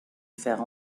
faire